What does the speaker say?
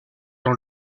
dans